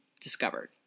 discovered